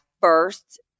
first